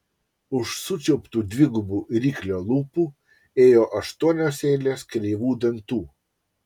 už sučiauptų dvigubų ryklio lūpų ėjo aštuonios eilės kreivų dantų